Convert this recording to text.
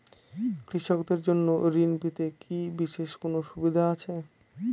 কৃষকদের জন্য ঋণ পেতে কি বিশেষ কোনো সুবিধা আছে?